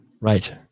Right